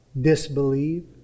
Disbelieve